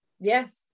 Yes